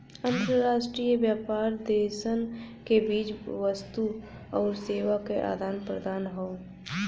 अंतर्राष्ट्रीय व्यापार देशन के बीच वस्तु आउर सेवा क आदान प्रदान हौ